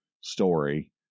story